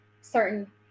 certain